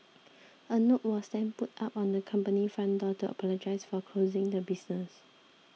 a note was then put up on the company's front door to apologise for closing the business